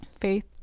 faith